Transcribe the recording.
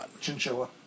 Chinchilla